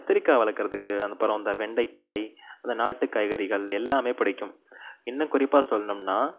கத்திரிக்காய் வளர்க்கிறதுக்கு அந்த பருவம் அந்த வெண்டைக்காய் அந்த நாட்டு காய்கறிகள் எல்லாம் பிடிக்கும் இன்னும் குறிப்பாக சொல்லணும்னா